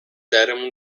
درمون